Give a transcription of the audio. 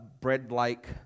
bread-like